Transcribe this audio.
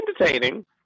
entertaining